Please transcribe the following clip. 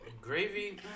Gravy